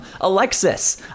Alexis